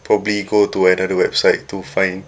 probably go to another website to find